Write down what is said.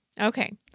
Okay